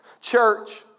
Church